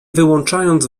wyłączając